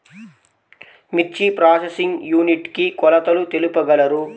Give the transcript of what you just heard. మిర్చి processing unit కి కొలతలు తెలుపగలరు?